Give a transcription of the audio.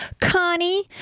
Connie